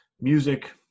music